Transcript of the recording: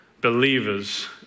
believers